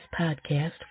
Podcast